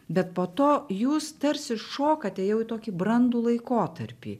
bet po to jūs tarsi šokate jau tokį brandų laikotarpį